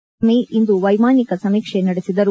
ಕುಮಾರಸ್ನಾಮಿ ಇಂದು ವೈಮಾನಿಕ ಸಮೀಕ್ಷೆ ನಡೆಸಿದರು